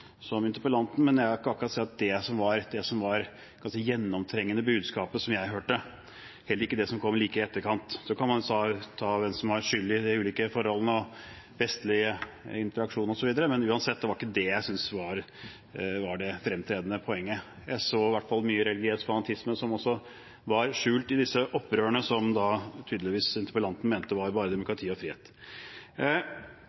som interpellanten, men jeg vil ikke akkurat si at dette var det gjennomtrengende budskapet jeg hørte – heller ikke det som kom like i etterkant. Så kan man snakke om hvem som har skyld i de ulike forholdene, vestlig interaksjon osv., men uansett var det ikke det jeg synes var det fremtredende poenget. Jeg så i hvert fall også mye religiøs fanatisme som var skjult i disse opprørene, som tydeligvis interpellanten mente var bare